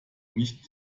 nicht